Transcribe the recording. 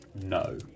No